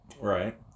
Right